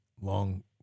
long